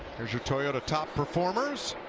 your toyota top performers.